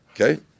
Okay